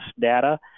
data